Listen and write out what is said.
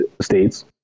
states